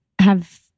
have-